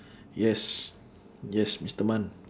yes yes mister man